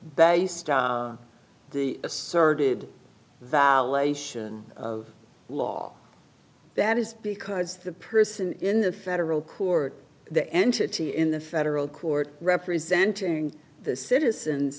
based on the asserted validation of law that is because the person in the federal court the entity in the federal court representing the citizens